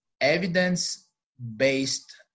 evidence-based